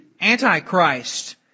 Antichrist